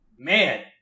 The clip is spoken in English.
Man